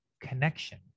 connection